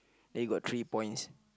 there got three points